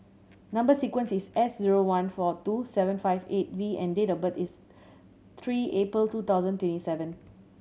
number sequence is S zero one four two seven five eight V and date of birth is three April two thousand twenty seven